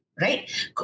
right